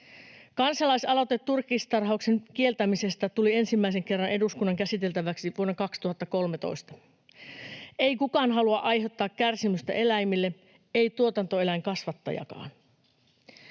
Kansalaisaloite turkistarhauksen kieltämisestä tuli ensimmäisen kerran eduskunnan käsiteltäväksi vuonna 2013. Ei kukaan halua aiheuttaa kärsimystä eläimille, ei tuotantoeläinkasvattajakaan.